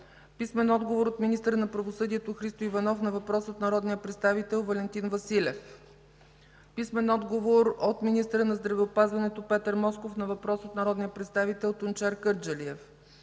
Андреев; - министъра на правосъдието Христо Иванов на въпрос от народния представител Валентин Василев; - министъра на здравеопазването Петър Москов на въпрос от народния представител Тунчер Кърджалиев;